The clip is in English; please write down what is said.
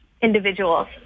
individuals